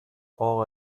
all